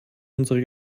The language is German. unsere